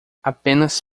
apenas